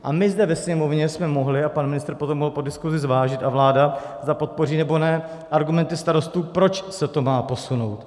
A my zde ve Sněmovně jsme mohli a pan ministr to potom mohl po diskuzi zvážit a vláda, zda podpoří nebo ne, argumenty starostů, proč se to má posunout.